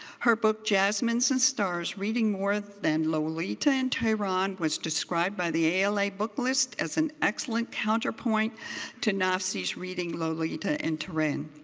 her book jasmines and stars reading more than lolita in tehran was described by the ala book list as an excellent counterpoint to nafisi's reading lolita in tehran.